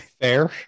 fair